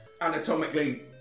anatomically